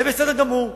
זה בסדר גמור.